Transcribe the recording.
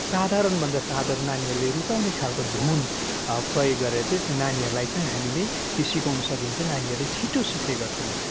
साधारणभन्दा साधारण नानीहरूले रुचाउने खाल्को धुन प्रयोग गरेर चाहिँ त्यो नानीहरूलाई चाहिँ हामीले त्यो सिकाउन सकिन्छ नानीहरूले छिटो सिक्ने गर्छन्